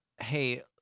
Hey